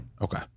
Okay